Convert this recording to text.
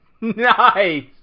Nice